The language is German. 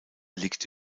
liegt